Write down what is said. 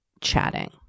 chatting